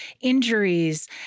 injuries